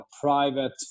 private